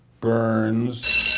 Burns